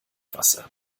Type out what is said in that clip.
wasser